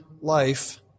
life